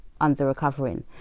under-recovering